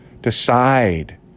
decide